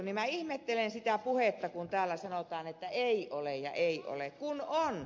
minä ihmettelen sitä puhetta kun täällä sanotaan että ei ole ja ei ole kun on